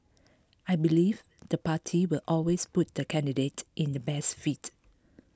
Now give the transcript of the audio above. I believe the party will always put the candidate in the best fit